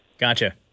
Gotcha